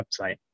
website